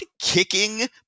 kicking